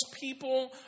people